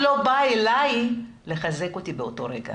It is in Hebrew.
אלי לחזק אותי באותו רגע.